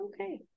Okay